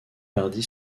perdit